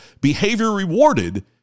behavior-rewarded